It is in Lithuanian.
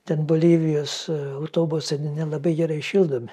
ten bolivijos autobusai nelabai gerai šildomi